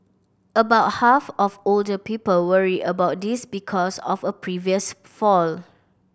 about half of older people worry about this because of a previous fall